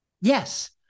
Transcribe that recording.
Yes